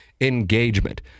engagement